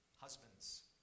Husbands